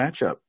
matchup